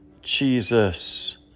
Jesus